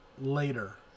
later